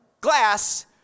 glass